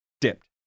dipped